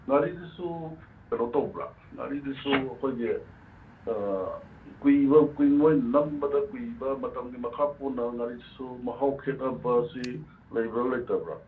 ꯉꯥꯔꯤꯗꯨꯁꯨ ꯀꯩꯅꯣ ꯇꯧꯕ꯭ꯔꯥ ꯉꯥꯔꯤꯗꯨꯁꯨ ꯑꯩꯈꯣꯏꯒꯤ ꯀꯨꯏꯕ ꯀꯨꯏ ꯃꯣꯏ ꯅꯝꯕꯗ ꯀꯨꯏꯕ ꯃꯇꯝꯒꯤ ꯃꯈꯥ ꯄꯣꯟꯅ ꯉꯥꯔꯨꯁꯤꯁꯨ ꯃꯍꯥꯎ ꯈꯦꯠꯅꯕꯁꯤ ꯂꯩꯕ꯭ꯔꯥ ꯂꯩꯇꯕ꯭ꯔꯥ